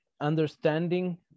understanding